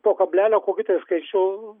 po kablelio kokį skaičių